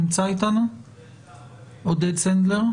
הוא לא נמצא.